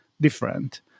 different